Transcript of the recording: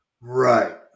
Right